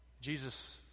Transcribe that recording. Jesus